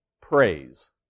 praise